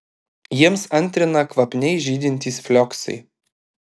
jiems antrina kvapniai žydintys flioksai